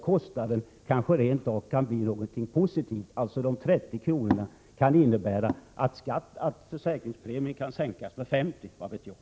Kostnaden kanske rent av medverkar till någonting positivt. De 30 kronorna kan således kanske innebära att försäkringspremien sänks med 50 kr. — vad vet jag?